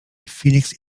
phoenix